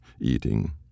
eating